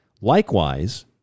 Likewise